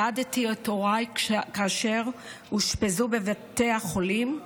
סעדתי את הוריי כאשר אושפזו בבתי החולים.